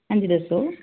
ਹਾਂਜੀ ਦੱਸੋ